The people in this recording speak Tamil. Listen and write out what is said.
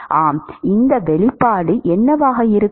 ஆமாம் இந்த வெளிப்பாடு என்னவாக இருக்கும்